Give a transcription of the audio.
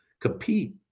compete